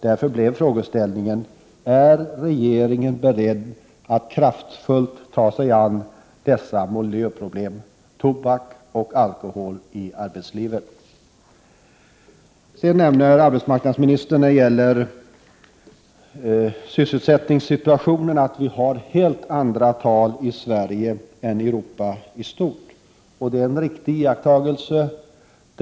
Därför blev frågeställningen: Är regeringen beredd att kraftfullt ta sig an dessa miljöproblem — tobak och alkohol i arbetslivet? Arbetsmarknadsministern nämnde, beträffande sysselsättningssituationen, att vi har helt andra tal i Sverige än i Europa i stort. Det är en riktig iakttagelse.